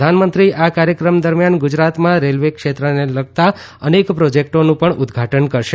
પ્રધાનમંત્રી આ કાર્યક્રમ દરમિયાન ગુજરાતમાં રેલવે ક્ષેત્રને લગતા અનેક પ્રોજેક્ટોનું પણ ઉદઘાટન કરશે